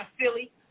silly